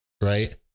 right